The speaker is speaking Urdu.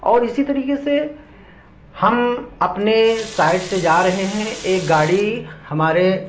اور اسی طریقے سے ہم اپنے سائڈ سے جا رہے ہیں ایک گاڑی ہمارے